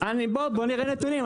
בואו נראה נתונים.